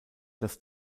dass